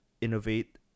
innovate